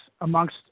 amongst